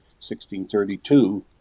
1632